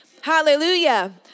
hallelujah